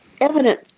Evident